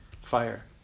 fire